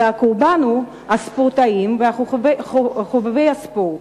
והקורבן הוא הספורטאים וחובבי הספורט.